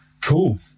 Cool